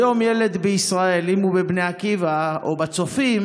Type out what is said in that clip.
כיום ילד בישראל, אם הוא בבני עקיבא, בצופים